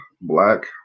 Black